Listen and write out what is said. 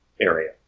area